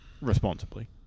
Responsibly